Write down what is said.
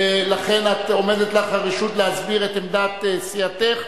ולכן עומדת לך הרשות להסביר את עמדת סיעתך.